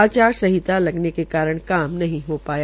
आचार संहित के कारण काम नहीं हो पाया